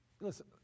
Listen